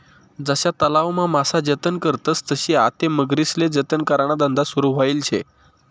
जशा तलावमा मासा जतन करतस तशी आते मगरीस्ले जतन कराना धंदा सुरू व्हयेल शे